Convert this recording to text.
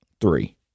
three